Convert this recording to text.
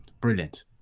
Brilliant